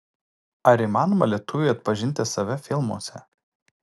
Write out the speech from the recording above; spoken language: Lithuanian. ar įmanoma lietuviui atpažinti save filmuose